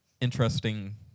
interesting